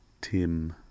Tim